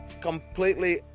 Completely